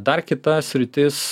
dar kita sritis